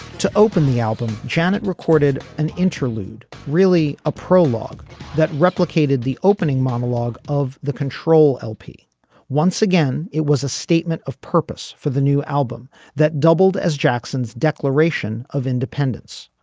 to open the album. janet recorded an interlude really a prologue that replicated the opening monologue of the control lp once again it was a statement of purpose for the new album that doubled as jackson's declaration of independence.